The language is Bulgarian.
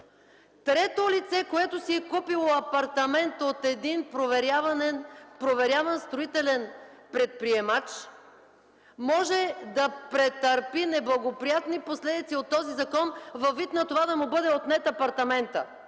трето лице, което си е купило апартамент от проверяван строителен предприемач, може да претърпи неблагоприятни последици от този закон във вид на това да му бъде отнет апартаментът.